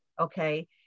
okay